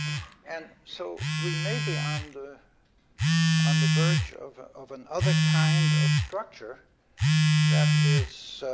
and so, we may be on the on the verge of of another kind of structure that is